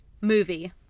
movie